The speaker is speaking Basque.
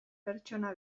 pertsona